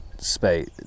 Space